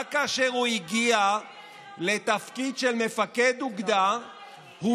שרק כשהגיע לתפקיד של מפקד אוגדה הוא